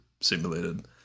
simulated